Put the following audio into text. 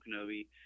Kenobi